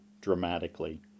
dramatically